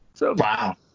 Wow